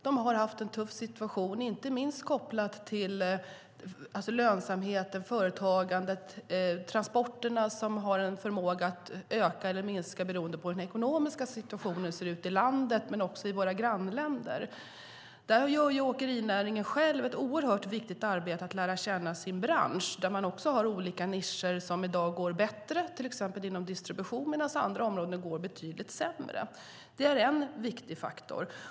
De har haft en tuff situation, inte minst kopplat till lönsamheten, företagandet och transporterna, som har en förmåga att öka eller minska beroende på hur den ekonomiska situationen ser ut i landet men också i våra grannländer. Där gör åkerinäringen själv ett oerhört viktigt arbete för att lära känna sin bransch. Där har man olika nischer som i dag går bättre, till exempel inom distributionen, medan det på andra områden går betydligt sämre. Det är en viktig faktor.